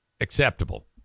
acceptable